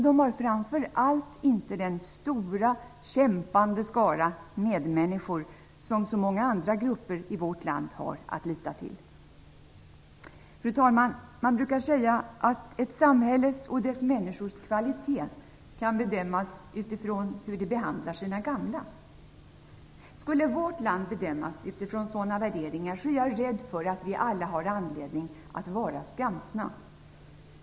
De har framför allt inte den stora, kämpande skara medmänniskor som så många andra grupper i vårt land har att lita till. Fru talman! Man brukar säga att ett samhälles och dess människors kvalitet kan bedömas efter hur de behandlar sina gamla. Skulle vårt land bedömas utifrån sådana bedömningar är jag rädd för att vi alla har anledning att vara skamsna.